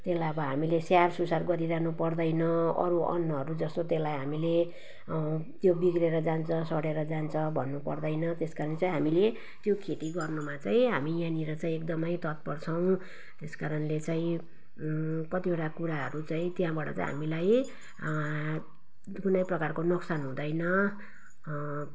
त्यसलाई अब हामीले स्याहारसुसार गरिरहनु पर्दैन अरू अन्नहरू जस्तो त्यसलाई हामीले त्यो बिग्रिएर जान्छ सडिएर जान्छ भन्नुपर्दैन त्यस कारण चाहिँ हामीले त्यो खेती गर्नुमा चाहिँ हामी यहाँनिर चाहिँ एकदमै तत्पर छौँ त्यस कारणले चाहिँ कतिवटा कुराहरू चाहिँ त्यहाँबाट चाहिँ हामीलाई कुनै प्रकारको नोक्सान हुँदैन